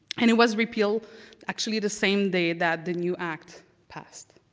and it was repealed actually the same day that the new act passed.